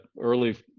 early